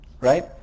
Right